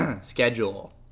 schedule